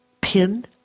pin